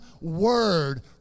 word